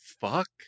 fuck